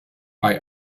bei